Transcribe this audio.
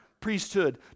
priesthood